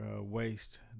waste